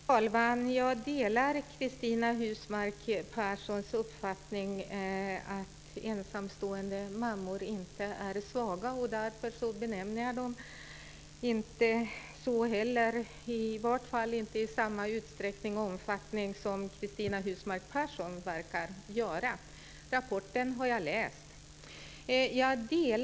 Herr talman! Jag delar Cristina Husmark Pehrssons uppfattning att ensamstående mammor inte är svaga. Därför benämner jag dem inte så, i varje fall inte i samma utsträckning som Cristina Husmark Pehrsson verkar göra. Sedan kan jag säga att jag har läst rapporten.